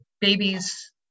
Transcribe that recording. babies